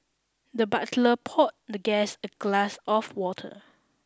the butler poured the guest a glass of water